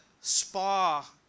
spa